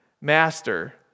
Master